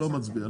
לא מצביע.